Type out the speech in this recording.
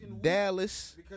Dallas